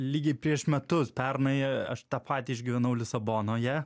lygiai prieš metus pernai aš tą patį išgyvenau lisabonoje